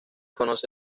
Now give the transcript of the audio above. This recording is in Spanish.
conoce